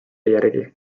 järgi